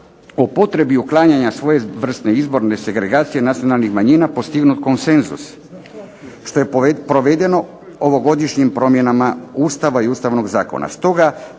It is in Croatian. o potrebi uklanjanja svojevrsne izborne segregacije nacionalnih manjina postignut konsenzus što je provedeno ovogodišnjim promjenama Ustava i Ustavnog zakona.